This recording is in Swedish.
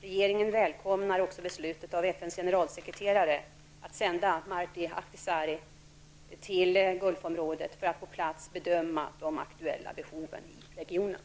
Regeringen välkomnar också beslutet av FNs generalsekreterare att sända Martti Ahtisaari till Gulfområdet för att på plats bedöma de aktuella behoven i regionen.